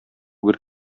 гөр